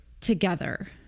together